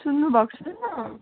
सुन्नुभएको छैन